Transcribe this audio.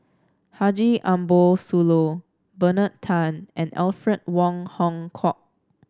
Haji Ambo Sooloh Bernard Tan and Alfred Wong Hong Kwok